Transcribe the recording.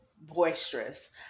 boisterous